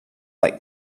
like